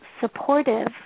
supportive